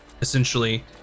essentially